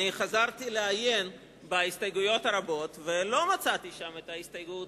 אני חזרתי לעיין בהסתייגויות הרבות ולא מצאתי שם את ההסתייגות